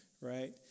right